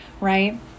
Right